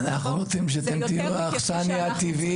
זה יותר מכפי שאנחנו --- אנחנו לא רוצים שאתם תהיו האכסניה הטבעית.